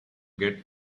get